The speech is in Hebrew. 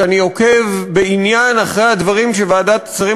שאני עוקב בעניין אחרי הדברים שוועדת שרים